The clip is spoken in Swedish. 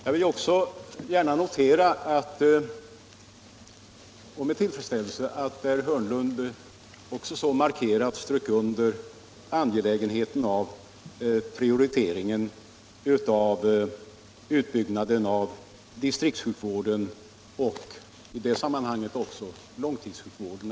Jag vill också med tillfredsställelse notera att herr Hörnlund så markerat strök under angelägenheten av prioriteringen av utbyggnaden av distriktssjukvården och i det sammanhanget också långtidssjukvården.